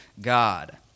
God